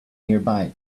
nearby